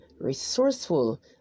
resourceful